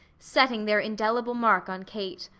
setting their indelible mark on kate.